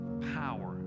power